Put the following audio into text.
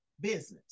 business